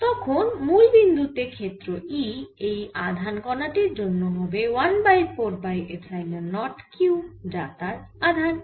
তখন মুল বিন্দু তে ক্ষেত্র E এই আধান কণা টির জন্য হবে 1 by 4 pi epsilon naught q যা হল তার আধান